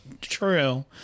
true